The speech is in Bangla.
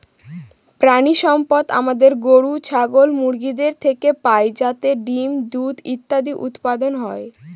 প্রানীসম্পদ আমাদের গরু, ছাগল, মুরগিদের থেকে পাই যাতে ডিম, দুধ ইত্যাদি উৎপাদন হয়